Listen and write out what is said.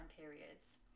periods